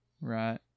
Right